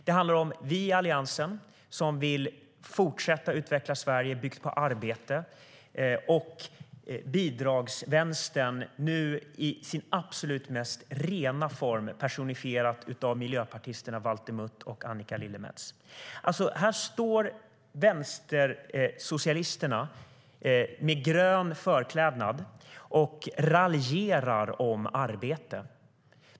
Det handlar om oss i Alliansen som vill fortsätta att utveckla Sverige och bygga det på arbete och om bidragsvänstern i sin absolut mest rena form personifierad av miljöpartisterna Walter Mutt och Annika Lillemets. Här står vänstersocialisterna med grön förklädnad och raljerar om arbete.